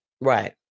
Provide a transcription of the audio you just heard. Right